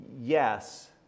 yes